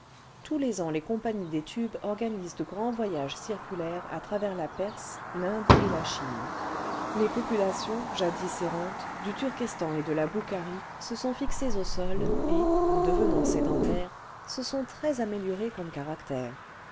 tous les ans les compagnies des tubes organisent de grands voyages circulaires à travers la perse l'inde et la chine les populations jadis errantes du turkestan et de la boukharie se sont fixées au sol et en devenant sédentaires se sont très améliorées comme caractère